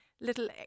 little